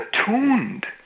attuned